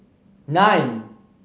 nine